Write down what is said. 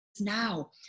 now